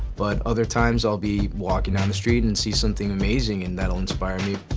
but other times i'll be walking down the street and see something amazing and that'll inspire me.